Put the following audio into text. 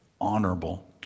honorable